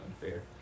unfair